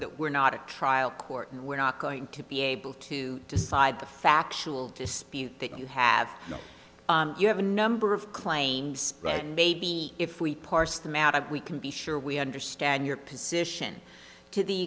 that we're not a trial court and we're not going to be able to decide the factual dispute that you have not you have a number of claims that maybe if we parse them out of we can be sure we understand your position to the